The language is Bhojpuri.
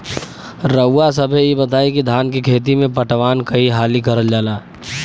रउवा सभे इ बताईं की धान के खेती में पटवान कई हाली करल जाई?